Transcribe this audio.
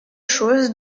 choses